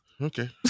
Okay